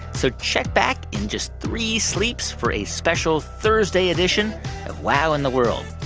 so check back in just three sleeps for a special thursday edition of wow in the world.